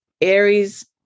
Aries